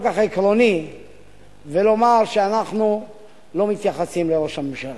כך עקרוני ולומר שאנחנו לא מתייחסים לראש הממשלה.